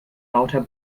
lauter